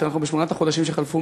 יותר נכון בשמונת החודשים שחלפו,